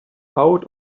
out